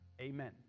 Amen